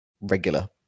regular